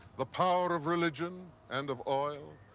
the power of religion and of oil,